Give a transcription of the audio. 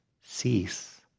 cease